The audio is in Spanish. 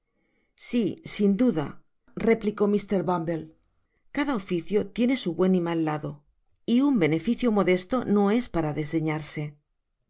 si sin d idareplicó mr bumble cada oficio tiene su buen y mal lado y un beneficio modesto no es para